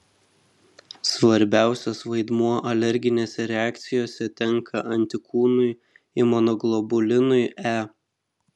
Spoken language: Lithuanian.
svarbiausias vaidmuo alerginėse reakcijose tenka antikūnui imunoglobulinui e